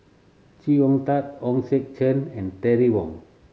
Chee Hong Tat Hong Sek Chern and Terry Wong